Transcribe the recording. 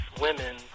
women